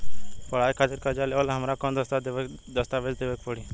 पढ़ाई खातिर कर्जा लेवेला हमरा कौन दस्तावेज़ देवे के पड़ी?